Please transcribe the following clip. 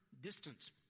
distance